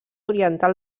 oriental